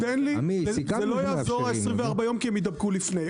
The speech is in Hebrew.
עמית סיכמנו שמאפשרים לו.